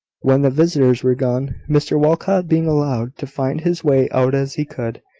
when the visitors were gone, mr walcot being allowed to find his way out as he could,